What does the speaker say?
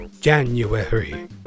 January